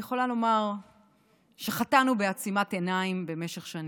אני יכולה לומר שחטאנו בעצימת עיניים במשך שנים.